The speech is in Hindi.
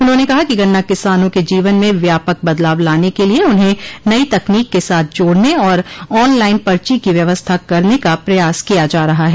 उन्होंने कहा कि गन्ना किसानों के जीवन में व्यापक बदलाव लाने के लिये उन्हें नई तकनीक के साथ जोड़ने और ऑन लाइन पर्ची की व्यवस्था करने का प्रयास किया जा रहा है